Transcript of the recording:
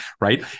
right